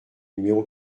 numéro